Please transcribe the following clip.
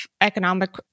economic